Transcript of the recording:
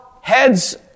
heads